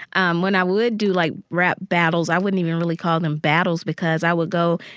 um when i would do, like, rap battles, i wouldn't even really call them battles because i would go,